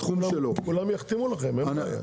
כולם יחתמו לכם, אין בעיה.